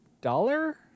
dollar